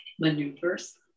maneuvers